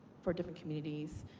for different communities?